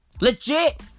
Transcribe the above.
Legit